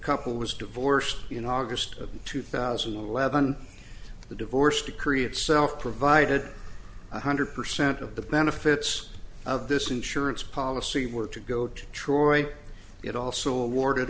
couple was divorced in august of two thousand and eleven the divorce decree itself provided one hundred percent of the benefits of this insurance policy were to go to detroit it also awarded